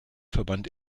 verband